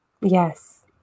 yes